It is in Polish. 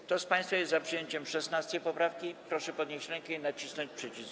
Kto z państwa jest za przyjęciem 16. poprawki, proszę podnieść rękę i nacisnąć przycisk.